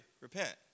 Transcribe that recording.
Repent